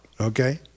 okay